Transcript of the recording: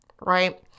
right